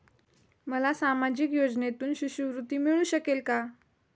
मला सामाजिक योजनेतून शिष्यवृत्ती मिळू शकेल का?